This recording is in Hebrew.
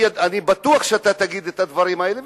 אני בטוח שאתה תגיד את הדברים האלה,